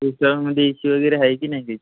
रेश्टॉरनमध्ये AC वगैरे आहे की नाही काही